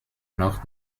noch